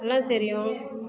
எல்லாம் தெரியும்